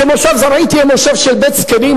שמושב זרעית יהיה מושב של בית-זקנים?